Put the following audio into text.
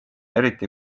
eriti